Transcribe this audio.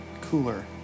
cooler